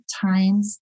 times